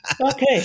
Okay